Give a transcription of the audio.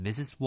Mrs